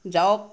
যাওক